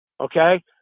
Okay